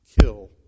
kill